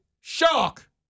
shark